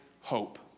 Hope